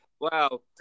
wow